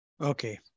okay